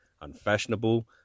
unfashionable